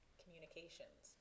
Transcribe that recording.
communications